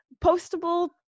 postable